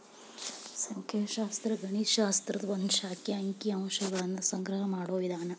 ಸಂಖ್ಯಾಶಾಸ್ತ್ರ ಗಣಿತ ಶಾಸ್ತ್ರದ ಒಂದ್ ಶಾಖೆ ಅಂಕಿ ಅಂಶಗಳನ್ನ ಸಂಗ್ರಹ ಮಾಡೋ ವಿಧಾನ